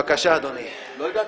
ידעתי.